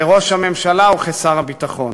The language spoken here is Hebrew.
כראש הממשלה וכשר הביטחון: